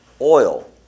oil